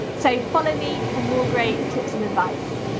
so follow me for more great tips and advice.